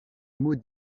mot